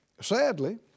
sadly